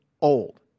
old